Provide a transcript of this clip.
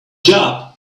job